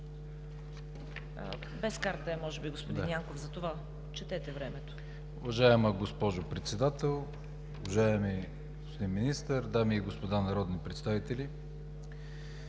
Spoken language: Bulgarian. Без карта е може би господин Янков, затова отчетете времето. КРАСИМИР ЯНКОВ: Уважаема госпожо Председател, уважаеми господин Министър, дами и господа народни представители!